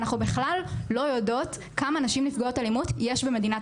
אנחנו בכלל לא יודעות כמה נשים נפגעות אלימות יש במדינת